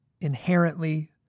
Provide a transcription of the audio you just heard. inherently